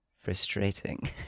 frustrating